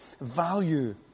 value